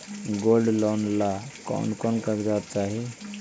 Gold loan ला कौन कौन कागजात चाही?